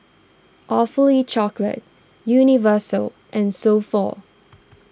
Awfully Chocolate Universal and So Pho